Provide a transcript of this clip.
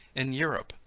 in europe,